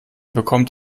bekommt